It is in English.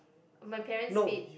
my parents paid